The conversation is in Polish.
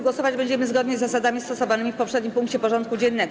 Głosować będziemy zgodnie z zasadami stosowanymi w poprzednim punkcie porządku dziennego.